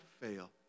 fail